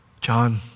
John